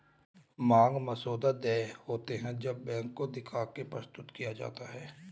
मांग मसौदा देय होते हैं जब बैंक को दिखा के प्रस्तुत किया जाता है